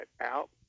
out